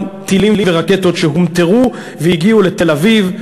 טילים ורקטות שהומטרו והגיעו לתל-אביב,